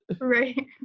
right